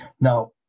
Now